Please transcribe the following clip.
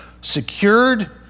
secured